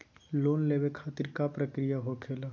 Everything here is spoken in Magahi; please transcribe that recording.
लोन लेवे खातिर का का प्रक्रिया होखेला?